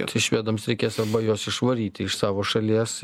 tai švedams reikės arba juos išvaryti iš savo šalies